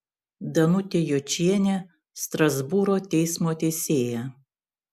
danutė jočienė strasbūro teismo teisėja